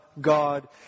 God